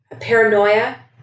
paranoia